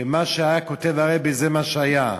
ומה שהיה כותב הרבי, זה מה שהיה.